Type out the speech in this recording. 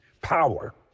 Power